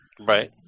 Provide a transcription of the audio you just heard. right